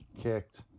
kicked